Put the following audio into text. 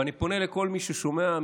ואני פונה לכל מי ששומע,